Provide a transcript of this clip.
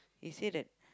they say that